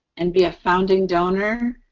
and be a founding donor,